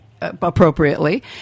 appropriately